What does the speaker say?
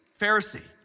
Pharisee